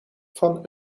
van